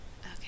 Okay